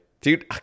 dude